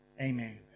Amen